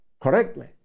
correctly